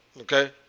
Okay